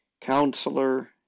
Counselor